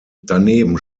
daneben